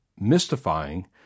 mystifying